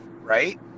right